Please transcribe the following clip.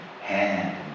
hand